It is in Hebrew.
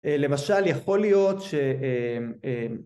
למשל יכול להיות